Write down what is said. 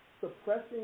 suppressing